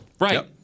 Right